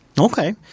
Okay